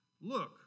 Look